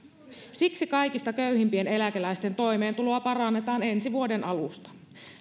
siksi kaikista köyhimpien eläkeläisten toimeentuloa parannetaan ensi vuoden alusta